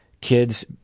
kids